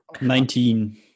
Nineteen